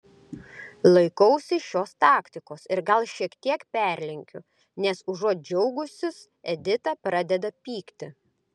laikausi šios taktikos ir gal šiek tiek perlenkiu nes užuot džiaugusis edita pradeda pykti